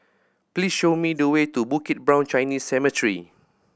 please show me the way to Bukit Brown Chinese Cemetery